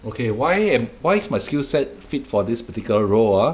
okay why and why is my skillset fit for this particular role ah